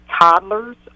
toddlers